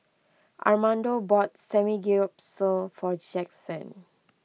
Armando bought Samgeyopsal for Jaxson